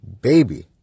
Baby